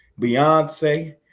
Beyonce